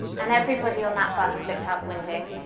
and everybody on that bus looked out the window,